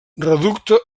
reducte